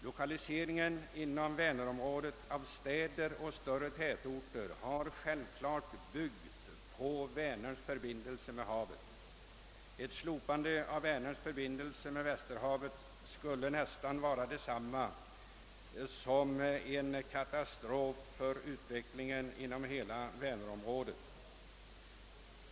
Lokaliseringen inom Vänerområdet av städer och större tätorter har byggt på Vänerns förbindelse med havet. Ett slopande av Vänerns förbindelse med Västerhavet skulle nästan vara en katastrof för utvecklingen inom hela Vänerområdet.